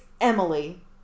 emily